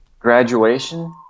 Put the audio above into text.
Graduation